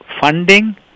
funding